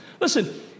Listen